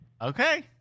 Okay